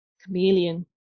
chameleon